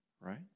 Right